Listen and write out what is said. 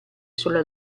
sulla